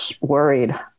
worried